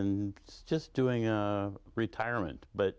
and just doing a retirement but